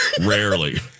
rarely